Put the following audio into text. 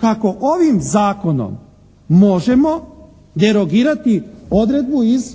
Ako ovim zakonom možemo derogirati odredbu iz